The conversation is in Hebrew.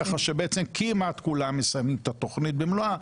ככה שבעצם כמעט כולם מסיימים את התוכנית במלואה,